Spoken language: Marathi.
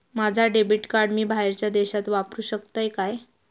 माझा डेबिट कार्ड मी बाहेरच्या देशात वापरू शकतय काय?